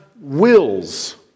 wills